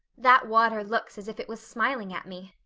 that water looks as if it was smiling at me.